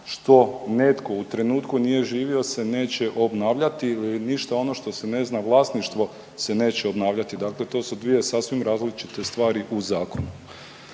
što netko u trenutku nije živio se neće obnavljati ili ništa ono što se ne zna vlasništvo se neće obnavljati, dakle to su dvije sasvim različite stvari u zakonu.